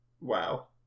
Wow